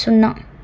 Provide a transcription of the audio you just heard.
సున్నా